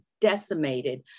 decimated